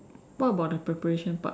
what about the preparation part